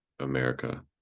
america